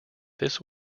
this